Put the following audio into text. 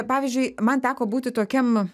pavyzdžiui man teko būti tokiam